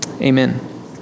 amen